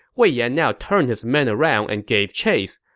wei yan now turned his men around and gave chase.